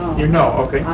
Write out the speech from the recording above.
you know, okay.